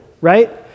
right